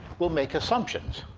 will make assumptions.